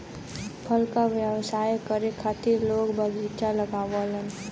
फल के व्यवसाय करे खातिर लोग बगीचा लगावलन